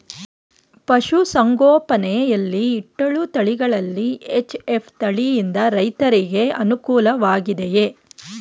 ಪಶು ಸಂಗೋಪನೆ ಯಲ್ಲಿ ಇಟ್ಟಳು ತಳಿಗಳಲ್ಲಿ ಎಚ್.ಎಫ್ ತಳಿ ಯಿಂದ ರೈತರಿಗೆ ಅನುಕೂಲ ವಾಗಿದೆಯೇ?